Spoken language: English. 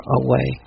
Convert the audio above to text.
away